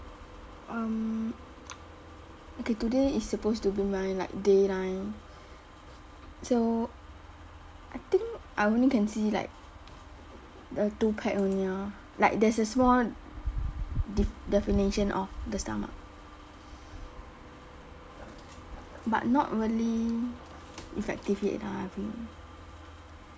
um okay today is supposed to be my like day nine so I think I only can see like the two pack only orh like there's a small def~ definition of the stomach but not really effective yet ah I feel